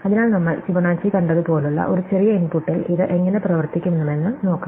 അതിനാൽ നമ്മൾ ഫിബൊനാച്ചി കണ്ടതുപോലുള്ള ഒരു ചെറിയ ഇൻപുട്ടിൽ ഇത് എങ്ങനെ പ്രവർത്തിക്കുമെന്ന് നോക്കാം